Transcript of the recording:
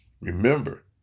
remember